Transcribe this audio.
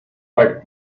fight